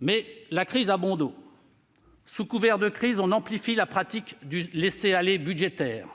Mais la crise a bon dos ! Sous couvert de crise, on amplifie la pratique du laisser-aller budgétaire.